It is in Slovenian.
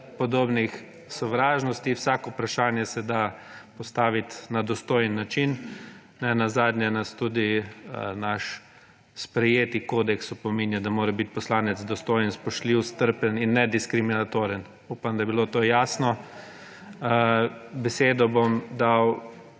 podobnih sovražnosti. Vsako vprašanje se da postavit na dostojen način, nenazadnje nas tudi naš sprejeti kodeks opominja, da mora bit poslanec dostojen, spoštljiv, strpen in nediskriminatoren. Upam, da je bilo to jasno. Besedo bom dal